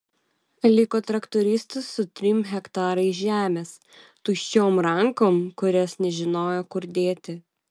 liko traktoristas su trim hektarais žemės tuščiom rankom kurias nežinojo kur dėti